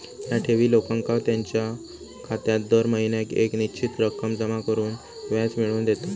ह्या ठेवी लोकांका त्यांच्यो खात्यात दर महिन्याक येक निश्चित रक्कम जमा करून व्याज मिळवून देतत